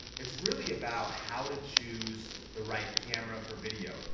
it's really about how to choose the right camera for videos.